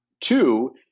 Two